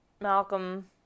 Malcolm